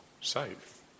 safe